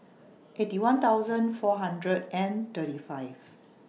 Eighty One thousand four hundred and thirty five